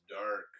dark